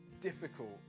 difficult